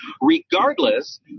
Regardless